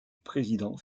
président